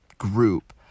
group